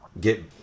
get